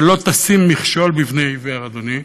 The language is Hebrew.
של "לא תשים מכשול בפני עיוור", אדוני.